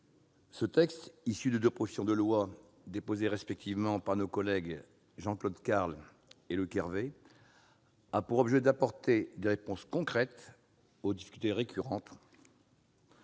ce texte, issu de deux propositions de loi déposées respectivement par notre ancien collègue Jean-Claude Carle et notre collègue Loïc Hervé, a pour objet d'apporter des réponses concrètes aux difficultés récurrentes